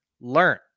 learn